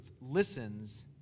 listens